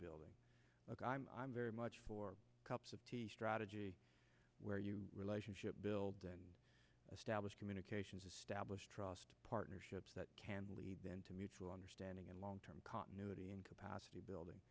building look i'm very much for cups of tea strategy where you relationship build a status communications establish trust partnerships that can lead them to mutual understanding and long term continuity and capacity building